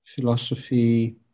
philosophy